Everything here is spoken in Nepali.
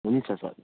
हुन्छ सर